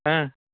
ಹಾಂ